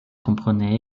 comprenait